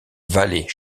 valet